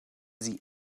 sie